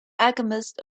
alchemist